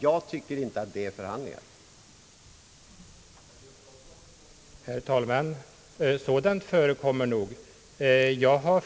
Jag tycker inte att det här beskrivna tillvägagångssättet kan kallas förhandlingar.